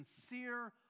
sincere